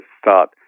Start